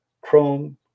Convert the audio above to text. chrome